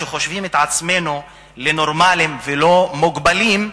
שחושבים את עצמנו לנורמליים ולא מוגבלים,